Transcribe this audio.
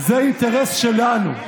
זה האינטרס שלנו,